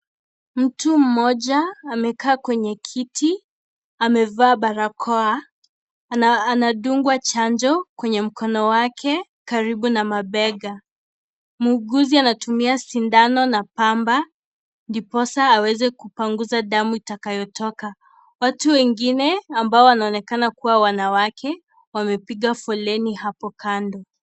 Mtu mmoja amekaa kwenye kiti amevaa barakoa anadungwa chanjo kwenye mkono wake karibu na mabega muuguzi anatumia sindano na pamba ndiposa aweze kupanguze damu itakayotoka watu wengine ambao wanaonekana kuwa wanawake wamepiga foleni hapo kando.